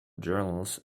journals